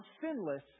sinless